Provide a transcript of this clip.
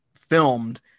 filmed